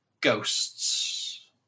Ghosts